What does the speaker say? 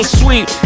sweet